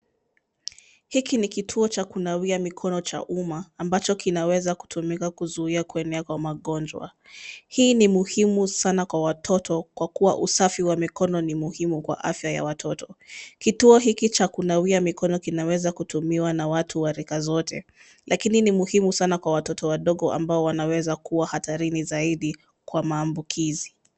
Hiki ni kituo cha kunawia mikono cha umma, ambacho kinaweza kutumika kuzuia kuenea kwa magonjwa. Hii ni muhimu sana kwa watoto kwa kuwa usafi wa mikono ni muhimu kwa afya ya watoto .Kituo hiki cha kunawia mikono kinaweza kutumiwa na watu wa rika zote lakini ni muhimu sana kwa watoto wadogo ambao wanaweza kuwa hatarini zaidi kwa maambukizi.